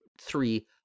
three